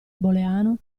booleano